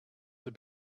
have